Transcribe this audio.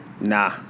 Nah